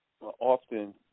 often